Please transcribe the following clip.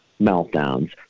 meltdowns